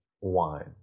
wine